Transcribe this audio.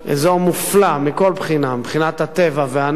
אזור מופלא מכל בחינה, מבחינת הטבע והנוף.